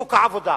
בשוק העבודה,